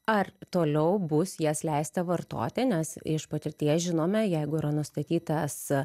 ar toliau bus jas leista vartoti nes iš patirties žinome jeigu yra nustatytas